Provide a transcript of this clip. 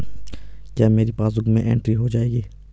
क्या मेरी पासबुक में एंट्री हो जाएगी?